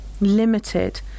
limited